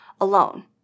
alone